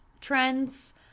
trends